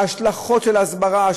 ההשלכות של ההסברה,